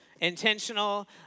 Intentional